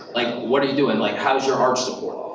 like what are you doing? like how is your arch support?